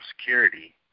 security